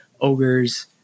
ogres